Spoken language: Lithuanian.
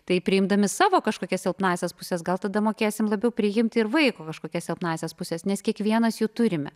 taip priimdami savo kažkokias silpnąsias puses gal tada mokėsim labiau priimti ir vaiko kažkokias silpnąsias puses nes kiekvienas jų turime